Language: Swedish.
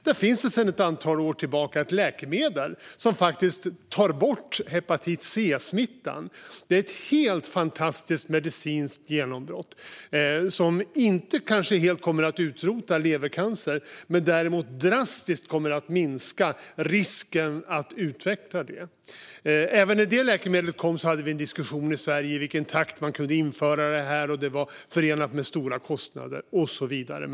Det finns sedan ett antal år tillbaka ett läkemedel som faktiskt tar bort hepatit C-smittan, vilket är ett helt fantastiskt medicinskt genombrott. Det kanske inte kommer att helt utrota levercancer, men det kommer att drastiskt minska risken att utveckla sådan. Även när detta läkemedel kom hade vi en diskussion i Sverige om i vilken takt vi kunde införa det, att det var förenat med stora kostnader och så vidare.